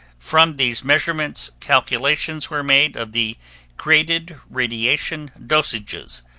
from these measurements, calculations were made of the graded radiation dosages,